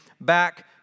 back